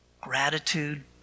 gratitude